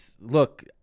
Look